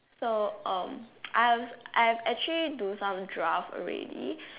so um I have I have actually do some draft already